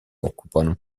occupano